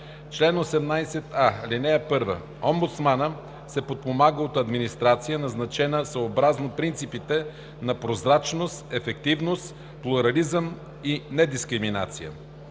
Чл. 18а. (1) Омбудсманът се подпомага от администрация, назначавана съобразно принципите на прозрачност, ефективност, плурализъм и недискриминация.